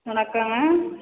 வணக்கங்க